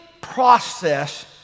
process